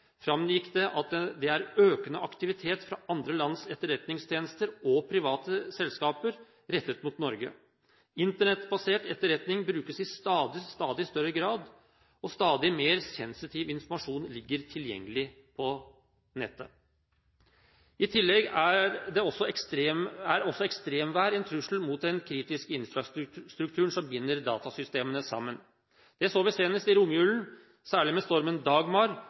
framgikk det at det er en økende aktivitet fra andre lands etterretningstjenester og private selskaper rettet mot Norge. Internettbasert etterretning brukes i stadig større grad, og stadig mer sensitiv informasjon ligger tilgjengelig på nettet. I tillegg er ekstremvær en trussel mot den kritiske infrastrukturen som binder datasystemene sammen. Det så vi senest i romjulen, særlig med stormen Dagmar,